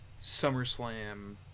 SummerSlam